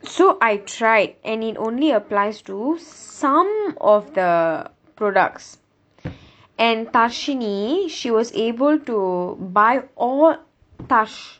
so I tried and it only applies to some of the products and tashini she was able to buy or tash